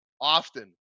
often